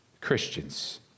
Christians